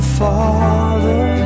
father